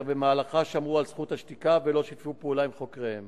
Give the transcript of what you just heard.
ובמהלכה הם שמרו על זכות השתיקה ולא שיתפו פעולה עם חוקריהם.